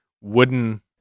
wooden